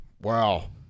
Wow